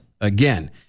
again